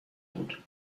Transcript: بود